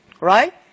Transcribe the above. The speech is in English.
right